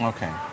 Okay